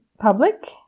public